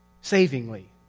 Savingly